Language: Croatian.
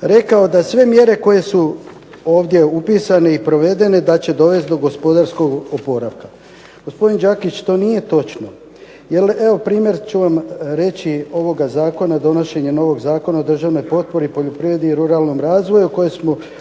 rekao da sve mjere koje su ovdje upisane i provedene da će dovesti do gospodarskog oporavka. Gospodin Đakić to nije točno, jer evo primjer ću vam reći ovoga zakona, donošenje novog Zakona o državnoj potpori poljoprivredi i ruralnom razvoju